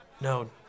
No